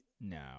No